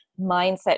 mindset